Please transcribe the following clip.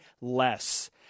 less